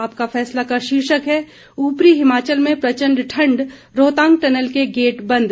आपका फैसला का शीर्षक है ऊपरी हिमाचल में प्रचंड ठंड रोहतांग टनल के गेट बंद